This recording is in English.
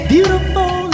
Beautiful